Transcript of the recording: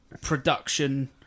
production